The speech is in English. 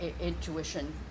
intuition